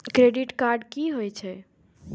Credit card की होई छै?